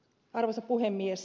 arvoisa puhemies